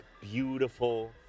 beautiful